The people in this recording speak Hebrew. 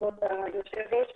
כבוד היושב ראש,